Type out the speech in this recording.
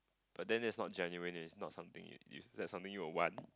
but then it's not genuine it's not something it is that something you would want